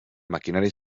maquinària